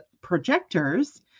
projectors